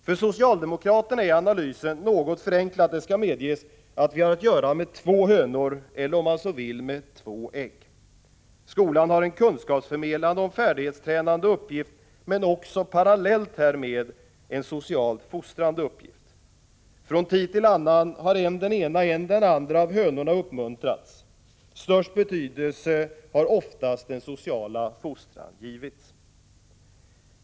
För socialdemokraterna är analysen — något förenklat, det skall medges — att vi har att göra med två hönor eller, om man så vill, med två ägg. Skolan har en kunskapsförmedlande och färdighetstränande uppgift men parallellt 121 härmed också en socialt fostrande uppgift. Från tid till annan har än den ena, än den andra av hönorna uppmuntrats. Störst betydelse har oftast den sociala fostran givits.